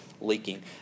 leaking